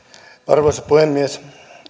arvoisa puhemies